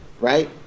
right